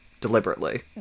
deliberately